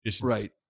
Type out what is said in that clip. Right